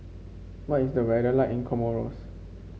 what is the weather like in Comoros